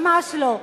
ממש לא.